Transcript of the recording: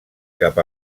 cap